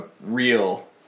real